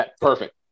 Perfect